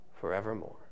forevermore